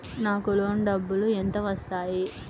నాకు లోన్ డబ్బులు ఎంత వస్తాయి?